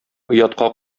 оятка